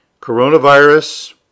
Coronavirus